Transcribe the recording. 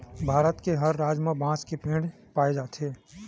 भारत के हर राज म बांस के पेड़ पाए जाथे